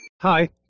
Hi